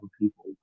people